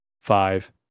five